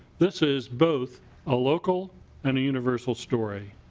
this is both a local and universal story.